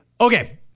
Okay